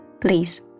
Please